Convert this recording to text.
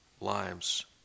lives